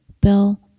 Bill